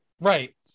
Right